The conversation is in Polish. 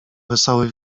wesoły